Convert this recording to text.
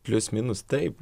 plius minus taip